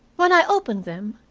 when i opened them,